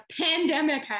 pandemic